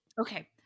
okay